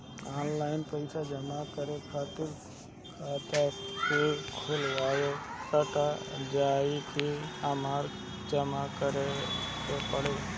Online पैसा जमा करे खातिर खाता से खुदे कट जाई कि हमरा जमा करें के पड़ी?